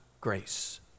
grace